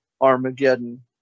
Armageddon